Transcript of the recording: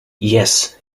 yes